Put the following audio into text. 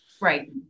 Right